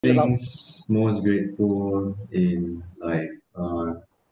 things most grateful in like uh